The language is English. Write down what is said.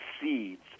seeds